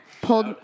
pulled –